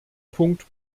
punkt